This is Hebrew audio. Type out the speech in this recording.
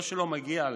לא שלא מגיע להם,